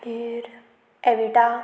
मागीर एविटा